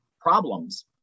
problems